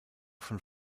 von